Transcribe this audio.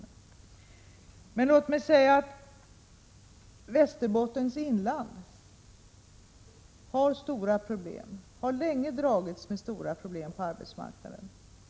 Låt mig emellertid säga att Västerbottens inland länge har dragits med stora problem på arbetsmarknaden.